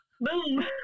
boom